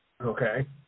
Okay